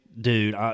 Dude